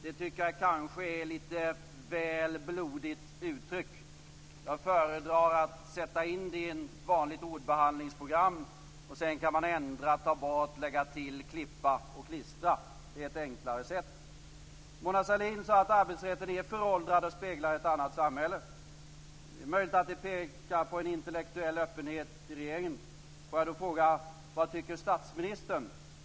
Det tycker jag kanske är ett litet väl blodigt uttryck. Jag föredrar att sätta in den i ett vanligt ordbehandlingsprogram. Sedan kan man ändra, ta bort, lägga till, klippa och klistra. Det är ett enklare sätt. Mona Sahlin sade att arbetsrätten är föråldrad och speglar ett annat samhälle. Det är möjligt att det pekar på en intellektuell öppenhet i regeringen. Får jag då fråga: Vad tycker statsministern?